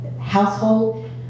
household